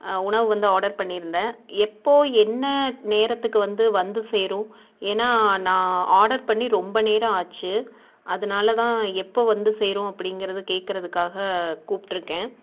உணவு வந்து ஆர்டர் பண்ணியிருந்தேன் எப்போது என்ன நேரத்துக்கு வந்து வந்து சேரும் ஏன்னா நான் ஆர்டர் பண்ணி ரொம்ப நேரம் ஆச்சு அதனாலதான் எப்போது வந்து சேரும் அப்படிங்குறத கேட்குறதுக்காக கூப்புட்டுருக்கேன்